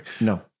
No